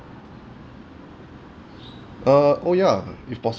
uh oh ya if possi~